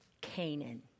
Canaan